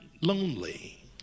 lonely